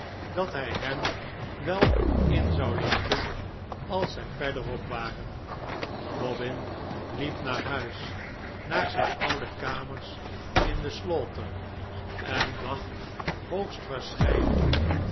dat hij hem wel in zou lichten als zij verder op waren dobbin liep naar huis naar zijn oude kamers in de slaughter en dacht hoogstwaarschijnlijk